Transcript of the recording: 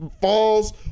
falls